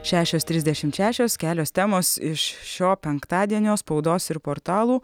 šešios trisdešimt šešios kelios temos iš šio penktadienio spaudos ir portalų